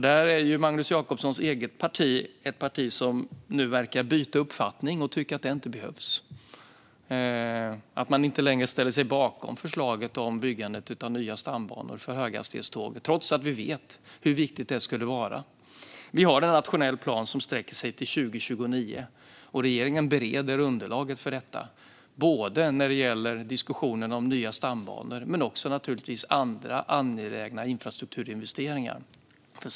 Där är Magnus Jacobssons eget parti ett parti som nu verkar byta uppfattning och tycka att detta inte behövs. Man tycks inte längre ställa sig bakom förslaget om byggande av nya stambanor för höghastighetståg, trots att vi vet hur viktigt det skulle vara. Vi har en nationell plan som sträcker sig till 2029. Regeringen bereder underlaget för detta, såväl när det gäller diskussionerna om nya stambanor som när det gäller andra angelägna infrastrukturinvesteringar.